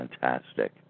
fantastic